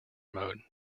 mode